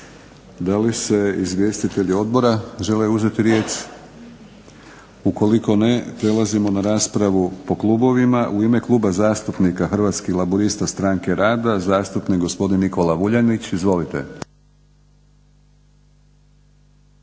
Da li se izvjestitelji odbora žele uzeti riječ? Ukoliko ne, prelazimo na raspravu po klubovima. U ime Kluba zastupnika Hrvatskih laburista stranke rada zastupnik gospodin Nikola Vuljanić. Izvolite.